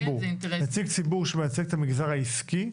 נציג ציבור שמייצג את המגזר העסקי,